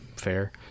fair